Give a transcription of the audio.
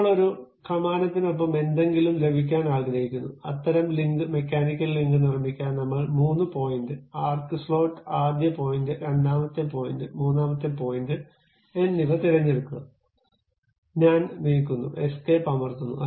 ഇപ്പോൾ ഒരു കമാനത്തിനൊപ്പം എന്തെങ്കിലും ലഭിക്കാൻ ആഗ്രഹിക്കുന്നു അത്തരം ലിങ്ക് മെക്കാനിക്കൽ ലിങ്ക് നിർമ്മിക്കാൻ നമ്മൾ മൂന്ന് പോയിന്റ് ആർക്ക് സ്ലോട്ട് ആദ്യ പോയിന്റ് രണ്ടാമത്തെ പോയിന്റ് മൂന്നാം പോയിന്റ് എന്നിവ തിരഞ്ഞെടുക്കുക ഞാൻ നീക്കുന്നു എസ്കേപ്പ് അമർത്തുന്നു